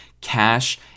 Cash